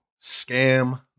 scam